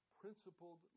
principled